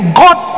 god